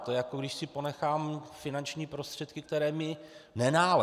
To je, jako když si ponechám finanční prostředky, které mi nenáleží.